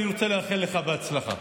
לאחל לך בהצלחה.